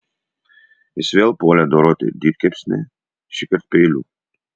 jis vėl puolė doroti didkepsnį šįkart peiliu